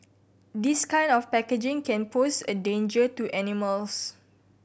this kind of packaging can pose a danger to animals